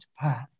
path